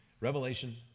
Revelation